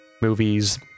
movies